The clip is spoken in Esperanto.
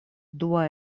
dua